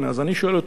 אז אני שואל אתכם,